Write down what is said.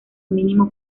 mínimo